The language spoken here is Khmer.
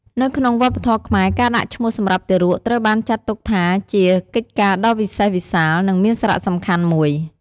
នៅក្នុងវប្បធម៌ខ្មែរ ការដាក់ឈ្មោះសម្រាប់ទារក ត្រូវបានចាត់ទុកថាជាកិច្ចការដ៏វិសេសវិសាល និងមានសារៈសំខាន់មួយ។